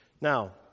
Now